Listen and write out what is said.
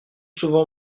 souvent